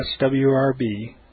swrb